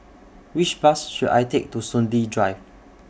Which Bus should I Take to Soon Lee Drive